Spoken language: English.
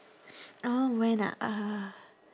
um when ah uh